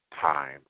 time